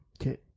Okay